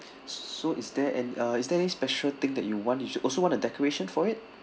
so is there an~ uh is there any special thing that you want you ju~ also want a decoration for it